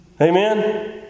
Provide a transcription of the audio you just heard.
Amen